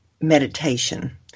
meditation